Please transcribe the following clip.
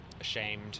ashamed